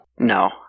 No